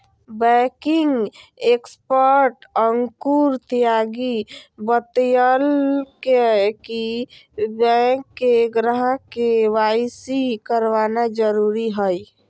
banking expert Ankur Tyagi बतयलकय कि bank के ग्राहक के.वाई.सी करवाना जरुरी हइ